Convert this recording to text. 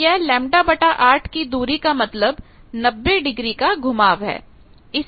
तो यह λ 8 की दूरी का मतलब 90 डिग्री का घुमाव है